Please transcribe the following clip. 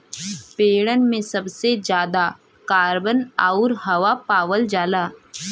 पेड़न में सबसे जादा कार्बन आउर हवा पावल जाला